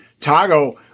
Tago